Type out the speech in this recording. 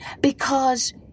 because